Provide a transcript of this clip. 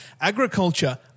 Agriculture